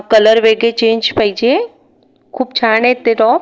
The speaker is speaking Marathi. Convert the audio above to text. कलर वेगळे चेंज पाहिजे खूप छान आहेत ते टॉप